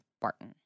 Barton